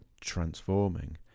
transforming